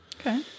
Okay